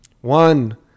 One